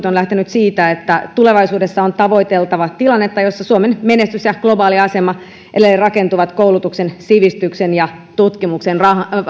on lähtenyt siitä että tulevaisuudessa on tavoiteltava tilannetta jossa suomen menestys ja globaali asema edelleen rakentuvat koulutuksen sivistyksen ja tutkimuksen